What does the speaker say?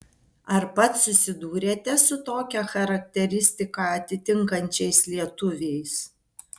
ar pats susidūrėte su tokią charakteristiką atitinkančiais lietuviais